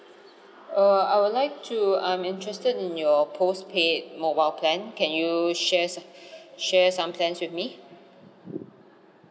err I would like to I'm interested in your postpaid mobile plan can you share so~ share some plans with me